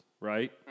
right